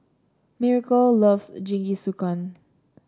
Miracle loves Jingisukan